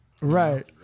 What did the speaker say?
right